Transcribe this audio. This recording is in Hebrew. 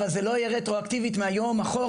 אבל זה לא יהיה רטרואקטיבית מהיום אחורה.